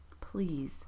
Please